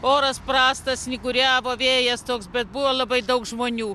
oras prastas snyguriavo vėjas toks bet buvo labai daug žmonių